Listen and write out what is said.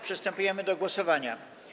Przystępujemy do głosowania.